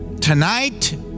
tonight